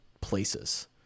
places